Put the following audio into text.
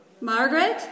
Margaret